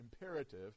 imperative